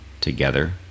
together